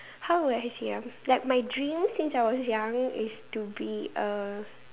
how would I say ah like my dream since I was young is to be a